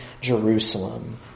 Jerusalem